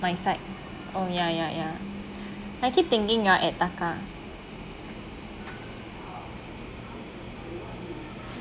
my side oh ya ya ya I keep thinking you're at taka